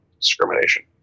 discrimination